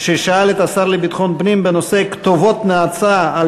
ששאל את השר לביטחון פנים בנושא: כתובות נאצה על